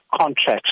contracts